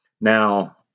Now